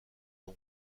nom